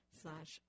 slash